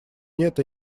нет